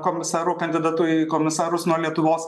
komisaru kandidatu į komisarus nuo lietuvos